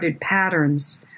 patterns